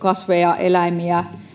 kasveja eläimiä